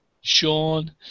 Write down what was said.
Sean